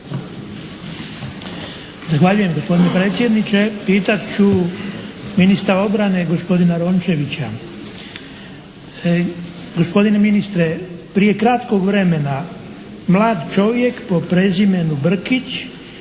Zahvaljujem gospodine predsjedniče. Pitat ću ministra obrane, gospodina Rončevića. Gospodine ministre, prije kratkog vremena mlad čovjek po prezimenu Brkić